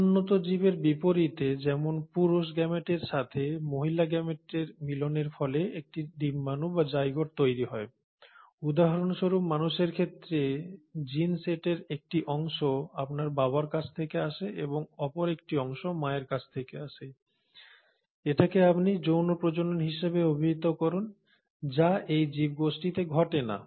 উন্নত জীবের বিপরীতে যেখানে পুরুষ গেমেটের সাথে মহিলা গেমেটের মিলনের ফলে একটি ডিম্বাণু বা জাইগোট তৈরি হয় উদাহরণস্বরূপ মানুষের ক্ষেত্রে জিন সেটের একটি অংশ আপনার বাবার কাছ থেকে আসে এবং অপর একটি অংশ মায়ের কাছ থেকে আসে এটাকে আপনি যৌন প্রজনন হিসাবে অভিহিত করেন যা এই জীব গোষ্ঠীতে ঘটে না